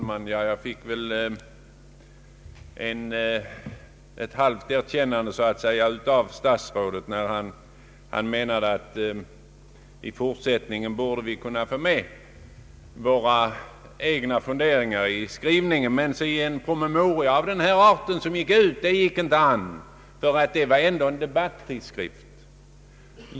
Herr talman! Jag fick väl ett halvt erkännande av statsrådet när han menade att vi i fortsättningen borde kunna få med våra egna funderingar i skrivningen, men i en promemoria av den här arten gick det enligt staisrådets uppfattning inte an därför att det var ett debattinlägg.